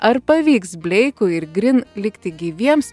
ar pavyks bleiku ir grin likti gyviems